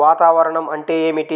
వాతావరణం అంటే ఏమిటి?